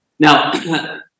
Now